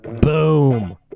boom